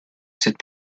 cette